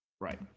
Right